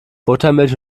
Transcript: buttermilch